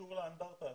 שקשור לאנדרטה הזאת.